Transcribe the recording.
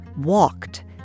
walked